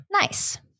Nice